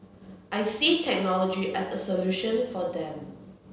I see technology as a solution for them